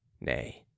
Nay